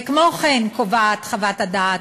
וכמו כן, קובעת חוות הדעת,